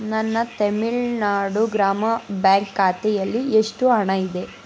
ನನ್ನ ತಮಿಳು ನಾಡು ಗ್ರಾಮ ಬ್ಯಾಂಕ್ ಖಾತೆಯಲ್ಲಿ ಎಷ್ಟು ಹಣ ಇದೆ